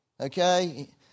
Okay